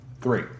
three